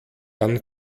dann